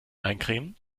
eincremen